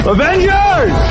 Avengers